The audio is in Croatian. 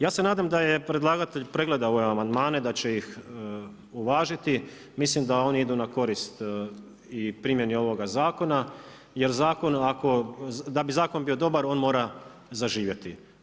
Ja se nadam da je predlagatelj pregledao ove amandmane da će ih uvažiti, mislim da oni idu na korist i primjeni ovoga zakona jer da bi zakon bio dobar on mora zaživjeti.